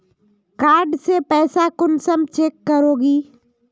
Card से पैसा कुंसम चेक करोगी?